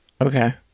Okay